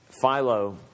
philo